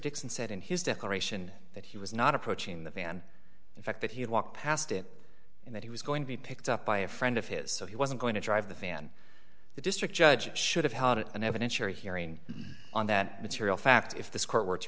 dixon said in his declaration that he was not approaching the van in fact that he had walked past it and that he was going to be picked up by a friend of his so he wasn't going to drive the fan the district judge should have had an evidentiary hearing on that material fact if th